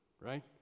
right